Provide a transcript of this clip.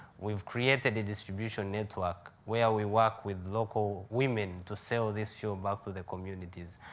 we've created a distribution network where we work with local women to sell this fuel back to the communities.